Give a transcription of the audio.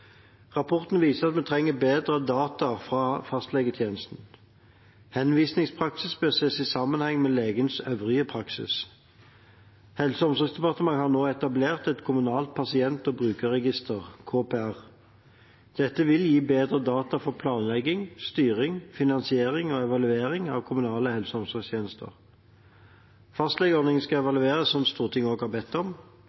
Rapporten viser at vi trenger bedre data fra fastlegetjenesten. Henvisningspraksis bør ses i sammenheng med legens øvrige praksis. Helse- og omsorgsdepartementet har nå etablert et kommunalt pasient- og brukerregister, KPR. Dette vil gi bedre data for planlegging, styring, finansiering og evaluering av kommunale helse- og omsorgstjenester. Fastlegeordningen skal